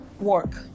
work